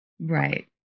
right